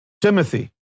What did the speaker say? Timothy